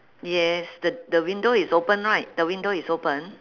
yes th~ the window is open right the window is open